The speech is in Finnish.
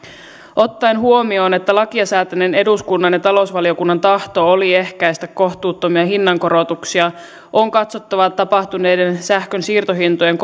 ottaen huomioon että lakia säätäneen eduskunnan ja talousvaliokunnan tahto oli ehkäistä kohtuuttomia hinnankorotuksia on katsottava tapahtuneiden sähkön siirtohintojen